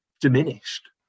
diminished